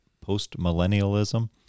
post-millennialism